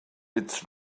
its